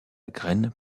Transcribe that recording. graine